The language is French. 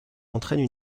entraîne